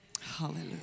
Hallelujah